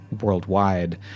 worldwide